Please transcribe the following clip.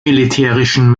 militärischen